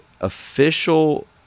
official